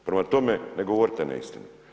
Prema tome, ne govorite neistinu.